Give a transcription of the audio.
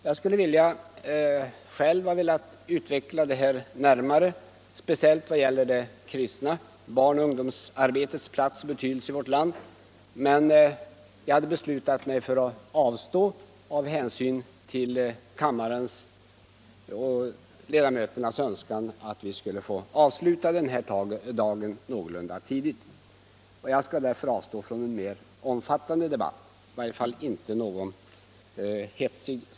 Jag skulle själv ha velat utveckla detta närmare, speciellt vad gäller det kristna barnoch ungdomsarbetets plats och betydelse i vårt land, men beslöt mig för att avstå med hänsyn till kammarledamöternas önskan att få avsluta arbetet den här dagen någorlunda tidigt. Jag skall därför avstå från en mer omfattande debatt.